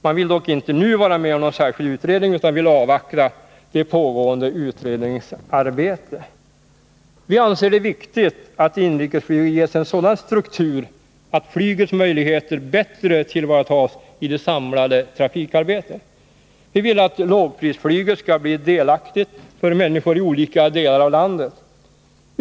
Man vill dock inte nu vara med om någon särskild utredning utan vill avvakta det pågående utredningsarbetet. Vi anser det viktigt att inrikesflyget ges en sådan struktur att flygets möjligheter bättre tillvaratas i det samlade trafikarbetet. Vi vill att människor i olika delar av landet skall kunna utnyttja lågprisflyget.